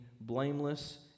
blameless